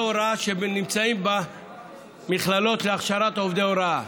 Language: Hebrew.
ההוראה שנמצאים במכללות להכשרת עובדי הוראה.